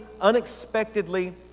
unexpectedly